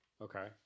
Okay